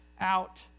out